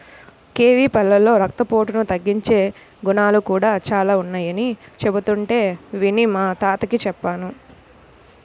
kiwi పళ్ళలో రక్తపోటును తగ్గించే గుణాలు కూడా చానా ఉన్నయ్యని చెబుతుంటే విని మా తాతకి చెప్పాను